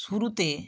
শুরুতে